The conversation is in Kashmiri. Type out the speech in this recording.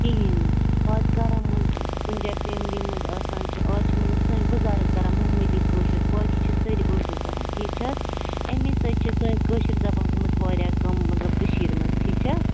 کِہیٖنٛۍ نہَ اَز گَرَن منٛز کُنہِ جایہِ فیملی منٛز آسان چھِ اَز چھِ مطلب سٲنۍ بُزَرَگ کران موٚموٗلی کٲشُر باقٕے چھِ سٲری اُردو کران ٹھیٖک چھا حظ أمی سۭتۍ چھِ سٲنۍ کٲشِر زبان گٲمٕژ واریاہ کَم مطلب کٔشیٖرِ منٛز ٹھیٖک چھا